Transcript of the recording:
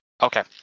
Okay